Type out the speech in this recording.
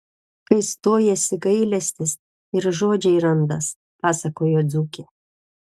kai stojasi gailestis ir žodžiai randas pasakojo dzūkė